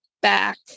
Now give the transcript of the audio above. back